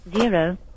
Zero